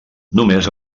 només